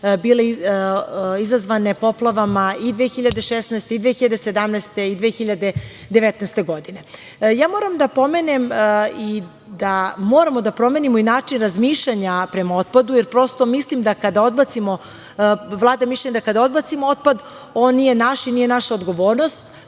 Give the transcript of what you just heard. bile izazvane poplavama i 2016. i 2017. i 2019. godine. Moram da pomenem i da moramo da promenimo i način razmišljanja prema otpadu, jer prosto mislim da vlada mišljenje da kada odbacimo otpad nije naš i nije naša odgovornost.